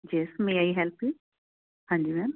yes may I help you ਹਾਂਜੀ ma'am